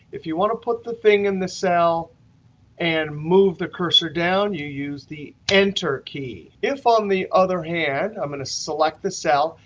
if you want to put the thing in the cell and move the cursor down, you use the enter key. if, on the other hand i'm going to select the cell.